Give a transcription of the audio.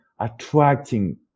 attracting